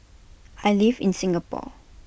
I live in Singapore